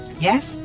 yes